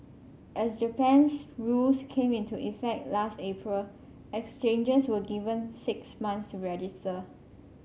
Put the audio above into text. as Japan's rules came into effect last April exchanges were given six months to register